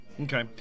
okay